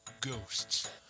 ghosts